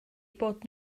bod